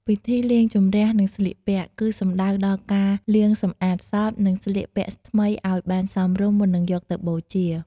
ពិធីលាងចម្អះ និងស្លៀកពាក់ គឺសំដៅដល់ការលាងសម្អាតសព និងស្លៀកពាក់ថ្មីឱ្យបានសមរម្យ មុននឺងយកទៅបូជា។